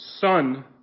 son